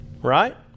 right